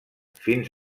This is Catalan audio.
fins